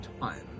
time